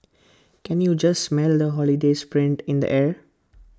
can you just smell the holiday spirit in the air